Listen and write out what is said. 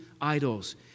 idols